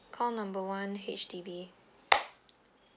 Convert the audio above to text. call number one H_D_B